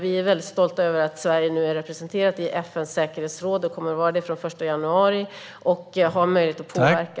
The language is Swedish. Vi är stolta över att Sverige nu kommer att vara representerat i FN:s säkerhetsråd från den 1 januari och därmed ha möjlighet att påverka.